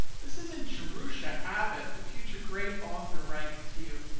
this isn't jerusha abbott, the future great author, writing to you.